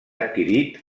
adquirit